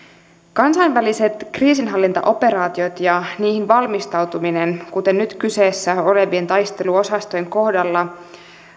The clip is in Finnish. kansainväliset kriisinhallintaoperaatiot ja niihin valmistautuminen kuten nyt kyseessä olevien taisteluosastojen kohdalla